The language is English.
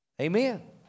Amen